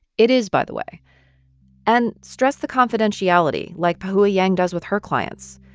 it is, by the way and stress the confidentiality, like pahoua yang does with her clients.